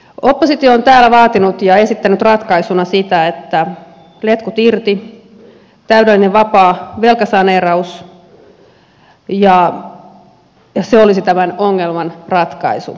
oppositio on täällä vaatinut ja esittänyt ratkaisuna sitä että letkut irti täydellinen vapaa velkasaneeraus ja se olisi tämän ongelman ratkaisu